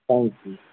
thank you